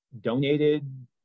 donated